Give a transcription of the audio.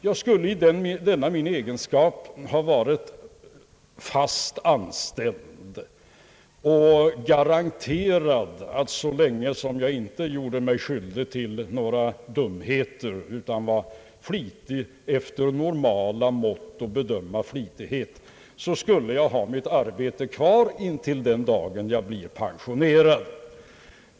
Jag skulle i så fall i denna min egenskap ha varit fast anställd och garanterad att så länge som jag inte gjorde mig skyldig till några dumheter, utan var flitig efter normala mått att bedöma flit, få ha mitt arbete kvar intill den dag jag blivit pensionerad.